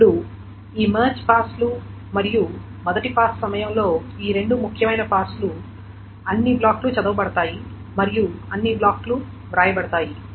ఇప్పుడు ఈ మెర్జ్ పాస్లు మరియు మొదటి పాస్ సమయంలో ఈ రెండు ముఖ్యమైన పాస్లు అన్ని బ్లాక్లు చదవబడతాయి మరియు అన్ని బ్లాక్లు వ్రాయబడతాయి